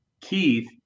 Keith